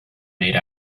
made